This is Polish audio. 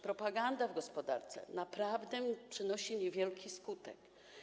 Propaganda w gospodarce naprawdę przynosi niewielki skutek.